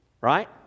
Right